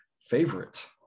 favorite